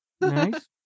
Nice